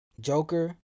Joker